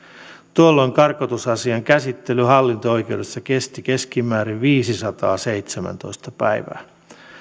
tuolloin karkotusasian käsittely hallinto oikeudessa kesti keskimäärin viisisataaseitsemäntoista päivää